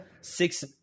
six